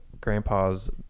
grandpa's